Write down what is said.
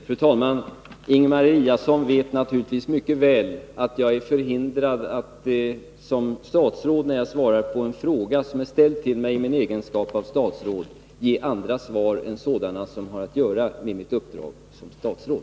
Fru talman! Ingemar Eliasson vet naturligtvis mycket väl, att när jag svarar på en fråga som är ställd till mig i min egenskap av statsråd, är jag förhindrad att ge andra svar än sådana som har att göra med mitt uppdrag som statsråd.